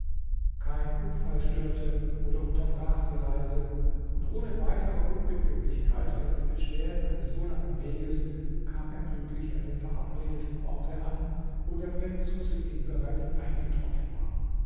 kein unfall störte oder unterbrach die reise und ohne weitere unbequemlichkeit als die beschwerden eines so langen weges kam er glücklich an dem verabredeten orte an wo der prinz husein bereits eingetroffen war